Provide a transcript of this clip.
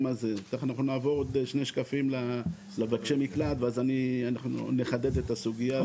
נעבור עוד שני שקפים למבקשי המקלט ואז אנחנו נחדד את הסוגייה הזאת.